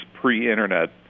pre-internet